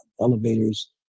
Elevators